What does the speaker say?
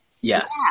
Yes